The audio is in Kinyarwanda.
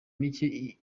mike